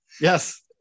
Yes